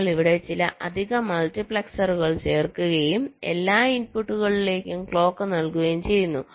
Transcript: നിങ്ങൾ ഇവിടെ ചില അധിക മൾട്ടിപ്ലക്സറുകൾ ചേർക്കുകയും എല്ലാ ഇൻപുട്ടുകളിലേക്കും ക്ലോക്ക് നൽകുകയും ചെയ്യുന്നു